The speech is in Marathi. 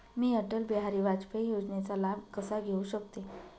मी अटल बिहारी वाजपेयी योजनेचा लाभ कसा घेऊ शकते?